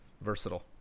Versatile